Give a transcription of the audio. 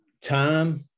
time